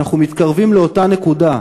שאנחנו מתקרבים לאותה נקודה.